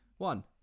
One